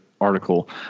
article